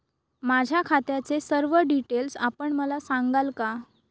माझ्या खात्याचे सर्व डिटेल्स आपण मला सांगाल का?